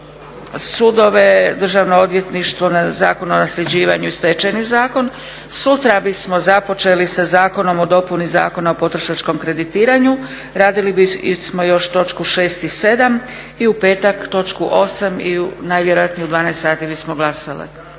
sudove, Državno odvjetništvo, na Zakon o nasljeđivanju i stečajni zakon. Sutra bismo započeli sa zakonom o dopuni Zakona o potrošačkom kreditiranju. Radili bismo još točku 6. i 7. i u petak točku 8. i najvjerojatnije u 12,00 sati bismo glasali.